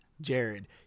jared